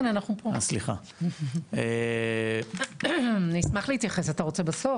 כן, אנחנו פה, ואני אשמח להתייחס, עכשיו או בסוף.